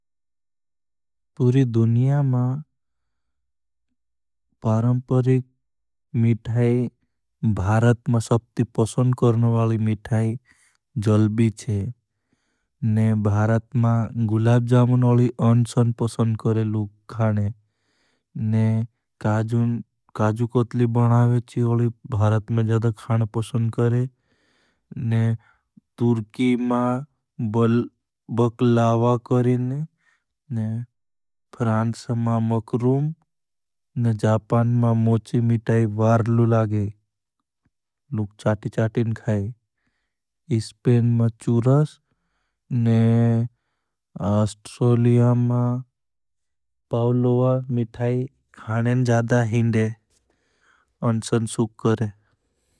पुरी दुनिया मा परंपरिक मिठाई, भारत मा सब्टी पशन करना वाली मिठाई जल्बी छे। ने भारत मा गुलाब जामुन अली अंसन पशन करे लुग खाने। ने काजु कतली बनावेची अली भारत मा जदा खान पशन करे। ने तुर्की मा बल्बक लावा करे ने फ्रांस मा मकरूम ने जापान मा मोची मिठाई वारलू लागे। लुग चाटी चाटी न खाए। इसपेन मा चूरस ने आस्ट्रोलिया मा पावलोवा मिठाई खाने जादा हिंदे। अंसन सुक करे।